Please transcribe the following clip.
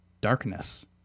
darkness